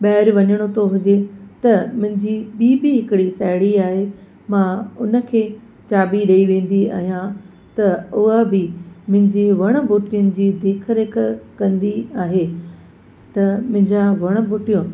ॿाहिरि वञिणो थो हुजे त मुंहिंजी ॿीं बि हिकिड़ी साहेड़ी आहे मां उन खे चाॿी ॾेई वेंदी आहियां त उहा बि मुंहिंजी वण ॿूटियुनि जी देखरेख कंदी आहे त मुंहिंजा वण ॿूटियूं